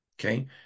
okay